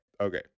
Okay